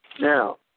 now